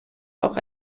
auch